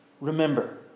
remember